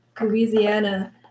Louisiana